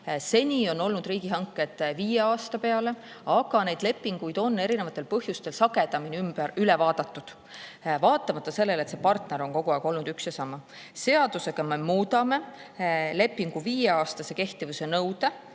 Seni on olnud riigihanked viie aasta peale, aga neid lepinguid on eri põhjustel sagedamini üle vaadatud, vaatamata sellele, et see partner on kogu aeg olnud üks ja sama. Seadusega me muudame lepingu viieaastase kehtivuse nõude